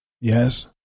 Yes